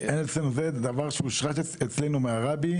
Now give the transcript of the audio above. זה דבר שהושרש אצלנו מהרבי.